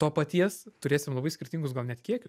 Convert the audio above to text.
to paties turėsim labai skirtingus gal net kiekius